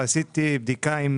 עשיתי בדיקה עם